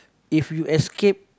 if you escape